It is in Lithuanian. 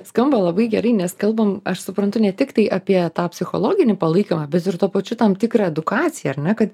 skamba labai gerai nes kalbam aš suprantu ne tik tai apie tą psichologinį palaikymą bet ir tuo pačiu tam tikrą edukaciją ar ne kad